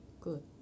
good